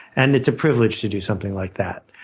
and it's a privilege to do something like that.